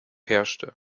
herrschte